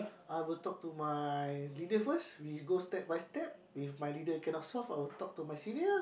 I will talk to my leader first we go step by step if my leader cannot solve I will talk to my senior